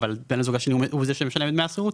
אבל בן הזוג השני הוא זה שמשלם את דמי השכירות